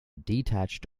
detached